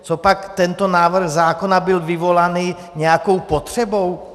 Copak tento návrh zákona byl vyvolaný nějakou potřebou?